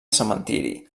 cementiri